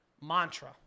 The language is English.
mantra